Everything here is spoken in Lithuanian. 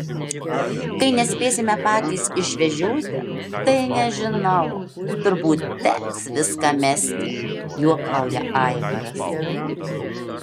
kai nespėsime patys išvežioti tai nežinau turbūt teks viską mesti juokauja aivaras